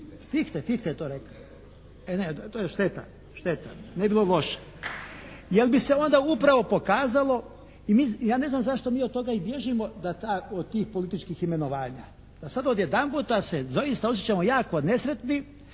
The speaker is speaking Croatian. Fifte je to rekao …… /Upadica se ne čuje./ … Šteta, ne bi bilo loše. Jer bi se onda upravo pokazalo, ja neznam zašto mi od toga i bježimo od tih političkih imenovanja, da sad odjedanputa se doist osjećamo jako nesretnim